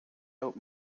out